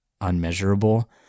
unmeasurable